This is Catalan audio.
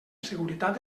seguretat